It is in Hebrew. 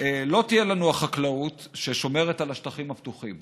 לא תהיה לנו החקלאות, ששומרת על השטחים הפתוחים.